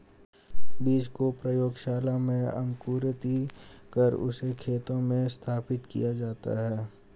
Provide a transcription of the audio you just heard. बीज को प्रयोगशाला में अंकुरित कर उससे खेतों में स्थापित किया जाता है